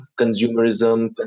consumerism